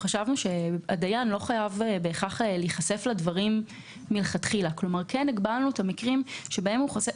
חשבנו שהדיין לא חייב להיחשף מלכתחילה לנתונים על מספר ההרשעות.